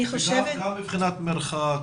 גם מבחינת מרחק,